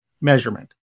measurement